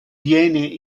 viene